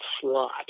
slot